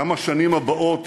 גם השנים הבאות